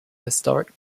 historic